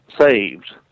saved